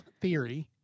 theory